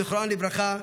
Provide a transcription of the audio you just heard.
זיכרונה לברכה,